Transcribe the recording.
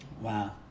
Wow